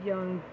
Young